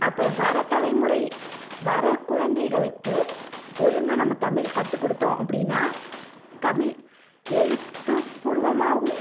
அப்போ வர தலைமுறை வர குழந்தைகளுக்கு ஒழுங்கா நம்ம தமிழ் கற்றுக் கொடுத்தோம் அப்படினா தமிழ் எழுத்து பூர்வமாகவும்